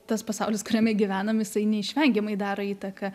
tas pasaulis kuriame gyvenam jisai neišvengiamai daro įtaką